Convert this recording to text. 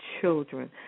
children